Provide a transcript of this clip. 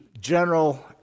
general